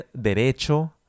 derecho